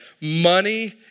Money